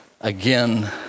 again